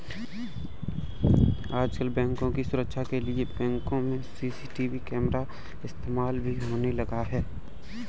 आजकल बैंकों की सुरक्षा के लिए बैंकों में सी.सी.टी.वी कैमरा का इस्तेमाल भी होने लगा है